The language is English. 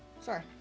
Sorry